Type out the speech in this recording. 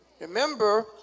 Remember